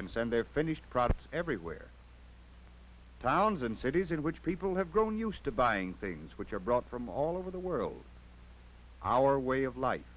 and send their finished products everywhere towns and cities in which people have grown used to buying things which are brought from all over the world our way of life